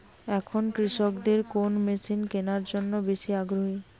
এখন কৃষকদের কোন মেশিন কেনার জন্য বেশি আগ্রহী?